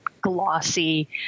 glossy